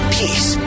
peace